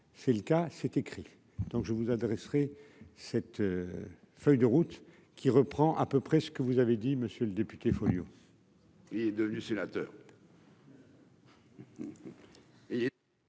c'est le cas, c'est écrit, donc je vous adresserai cette feuille de route qui reprend à peu près ce que vous avez dit monsieur le député Folliot. Il est devenu sénateur.